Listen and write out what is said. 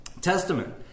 Testament